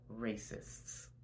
racists